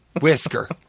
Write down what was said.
Whisker